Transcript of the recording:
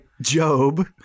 Job